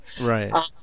right